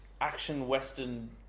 action-western